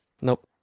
Nope